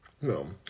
No